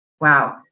wow